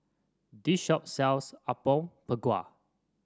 this shop sells Apom Berkuah